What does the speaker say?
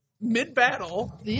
mid-battle